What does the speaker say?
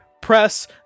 press